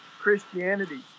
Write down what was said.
Christianity